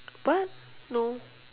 what no